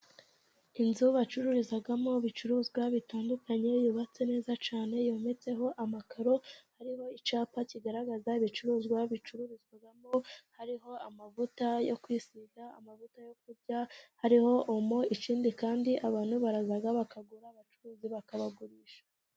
Inzu bacururizamo ibicuruzwa bitandukanye, yubatse neza cyane, yometseho amakaro, hariho icyapa kigaragaza ibicuruzwa bicururizwamo, hariho amavuta yo kwisiga, amavuta yo kurya, hariho omo, ikindi kandi abantu baraza bakagura abacuruzi bakabagurisha.